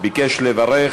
ביקש לברך.